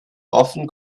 often